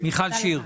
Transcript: מיכל שיר.